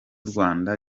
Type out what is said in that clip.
rwanda